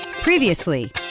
Previously